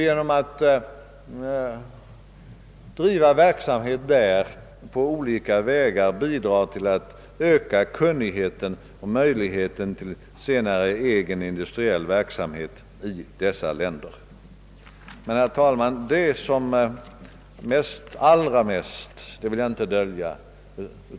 Genom att dessa företag driver verksamhet där bidrar de på olika sätt till att öka kunnighe ten och möjligheten till helt egen industriell verksamhet i dessa länder på ett senare stadium. Herr talman!